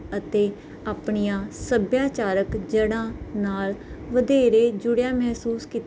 ਅਤੇ ਆਪਣੀਆਂ ਸੱਭਿਆਚਾਰਕ ਜੜਾਂ ਨਾਲ ਵਧੇਰੇ ਜੁੜਿਆ ਮਹਿਸੂਸ ਕੀਤਾ